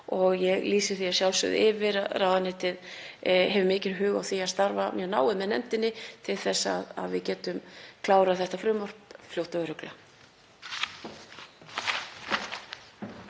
og ég lýsi því að sjálfsögðu yfir að ráðuneytið hefur mikinn hug á því að starfa mjög náið með nefndinni til að við getum klárað frumvarpið fljótt og örugglega.